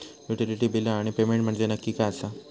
Utility बिला आणि payment म्हंजे नक्की काय आसा?